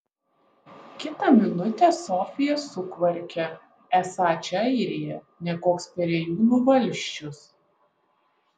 kitą minutę sofija sukvarkia esą čia airija ne koks perėjūnų valsčius